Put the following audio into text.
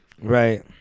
Right